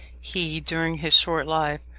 he, during his short life,